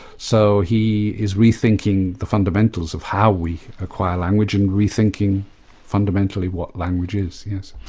so he is rethinking the fundamentals of how we acquire language and rethinking fundamentally what language is. yes.